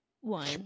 One